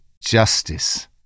justice